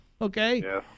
Okay